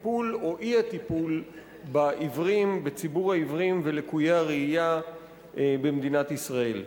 הטיפול או האי-טיפול בציבור העיוורים ולקויי הראייה במדינת ישראל.